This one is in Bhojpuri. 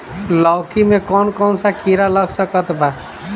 लौकी मे कौन कौन सा कीड़ा लग सकता बा?